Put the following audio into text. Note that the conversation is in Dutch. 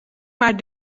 maar